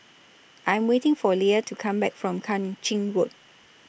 I Am waiting For Leah to Come Back from Kang Ching Road